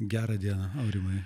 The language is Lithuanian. gerą dieną aurimai